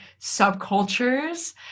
subcultures